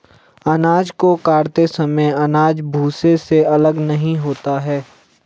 अनाज को काटते समय अनाज भूसे से अलग नहीं होता है